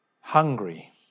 hungry